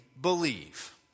believe